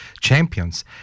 champions